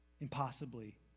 impossibly